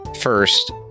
First